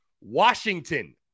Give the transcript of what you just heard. Washington